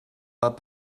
pas